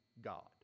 God